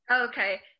Okay